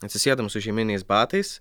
atsisėdom su žieminiais batais